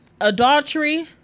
adultery